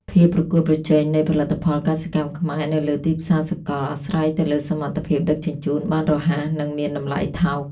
ភាពប្រកួតប្រជែងនៃផលិតផលកសិកម្មខ្មែរនៅលើទីផ្សារសកល អាស្រ័យទៅលើសមត្ថភាពដឹកជញ្ជូនបានរហ័ស និងមានតម្លៃថោក។